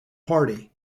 party